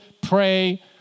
pray